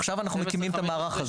עכשיו אנחנו מקימים את המערך הזה.